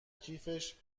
کیفش